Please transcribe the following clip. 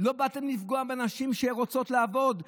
לא באתם לפגוע בנשים שרוצות לעבוד,